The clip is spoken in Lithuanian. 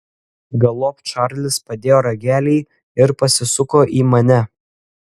galop čarlis padėjo ragelį ir pasisuko į mane